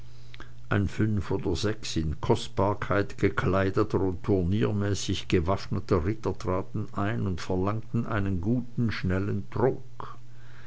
ein fünf oder sechs in kostbarkeit gekleideter und turniermäßig gewaffneter ritter traten ein und verlangten einen guten schnellen trunk